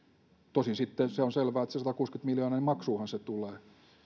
tosin sitten se on selvää että se satakuusikymmentä miljoonaa niin maksuunhan se tulee